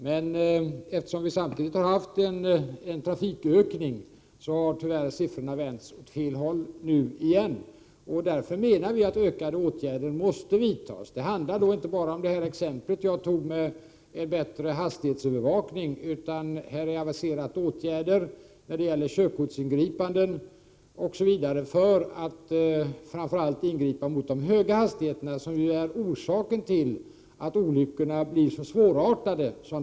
Men eftersom vi samtidigt har haft en trafikökning har siffrorna nu åter tyvärr vänts åt fel håll. Därför menar vi att ytterligare åtgärder måste vidtas. Det handlar då inte bara om det exempel som jag nämnde med en bättre hastighetsövervakning, utan det har också aviserats åtgärder när det gäller t.ex. körkort för att framför allt ingripa mot de höga hastigheterna, som ju ofta är orsaken till att olyckorna blir svårartade.